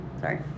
Sorry